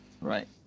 right